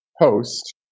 host